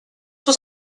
was